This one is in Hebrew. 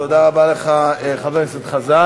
תודה לך, חבר הכנסת חזן.